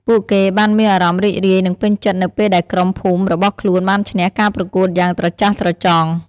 ពួកគេបានមានអារម្មណ៍រីករាយនិងពេញចិត្តនៅពេលដែលក្រុមភូមិរបស់ខ្លួនបានឈ្នះការប្រកួតយ៉ាងត្រចះត្រចង់។